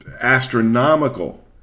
astronomical